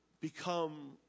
become